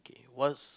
what's